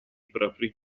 propri